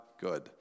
good